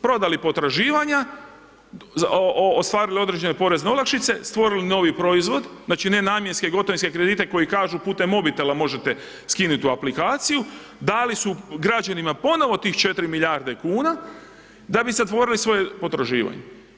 Prodali potraživanja, ostvarili određene porezne olakšice, stvorili novi proizvod, znači nenamjenske gotovinske kredite koji kažu putem mobitela možete skinut tu aplikaciju, da lis građani ponovno tih 4 milijarde kuna da bi zatvorili svoje potraživanje.